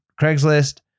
Craigslist